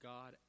God